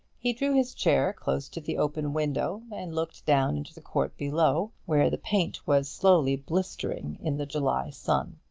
he drew his chair close to the open window, and looked down into the court below, where the paint was slowly blistering in the july sun.